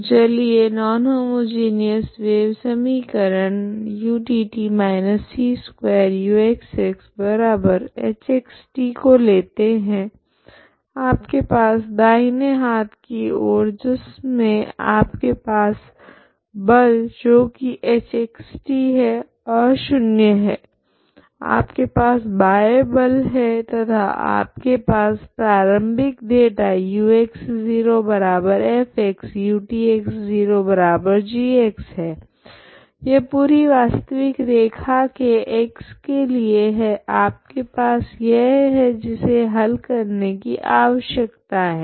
तो चलिए non homogeneous wave समीकरण utt−c2uxxhx t को लेते है आपके पास दाहिने हाथ की ओर जिसमे आपके पास बल जो की hxt है अशून्य है आपके पास बाह्य बल है तथा आपके पास प्रारम्भिक डेटा ux0f utx0g है यह पूरी वास्तविक रेखा के x के लिए है आपके पास यह है जिसे हल करने की आवश्यकता है